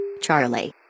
Charlie